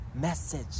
message